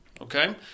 Okay